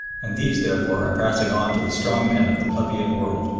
and these, therefore, are passing on to the strong men of the plebeian world,